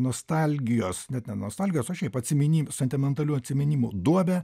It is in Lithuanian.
nostalgijos net ne nostalgijos o šiaip atsiminimus sentimentalių atsiminimų duobę